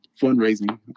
fundraising